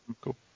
Cool